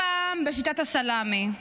הפעם בשיטת הסלמי.